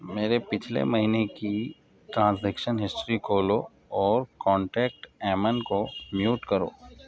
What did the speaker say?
میرے پچھلے مہینے کی ٹرانزیکشن ہسٹری کھولو اور کانٹیکٹ ایمن کو میوٹ کرو